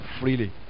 freely